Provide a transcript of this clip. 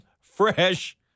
Fresh